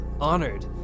honored